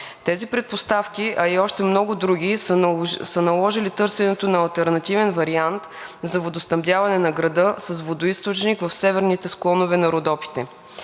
Тези предпоставки, а и още много други, са наложили търсенето на алтернативен вариант за водоснабдяване на града с водоизточник в северните склонове на Родопите.